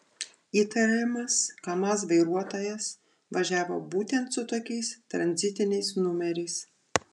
įtariamas kamaz vairuotojas važiavo būtent su tokiais tranzitiniais numeriais